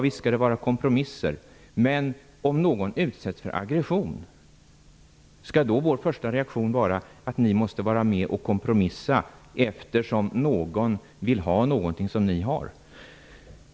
Visst skall det förekomma kompromisser, men om någon utsätts för aggression, skall då vår första reaktion vara att offret måste vara med om att kompromissa, eftersom någon vill ha något som det har?